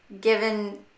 given